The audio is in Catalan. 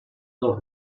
dels